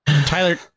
Tyler